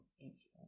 influence